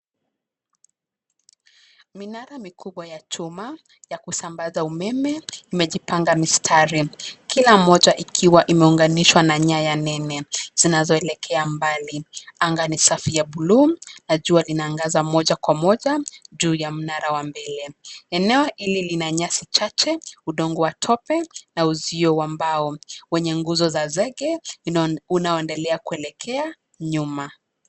Minara mikubwa ya chuma, ya kusambaza umeme, imejipanga mistari, kila mmoja ikiwa imeunganishwa na nyaya nene zinazoelekea mbali, anga ni safi ya bluu, na jua linaangaza moja kwa moja, juu ya mnara wa mbele, eneo hili lina nyasi chache, udongo wa tope na uzio wa mbao, wenye nguzo za zege, unaoendelea kuelekea, nyuma.